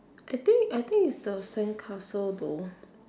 I think I think it's the sandcastle though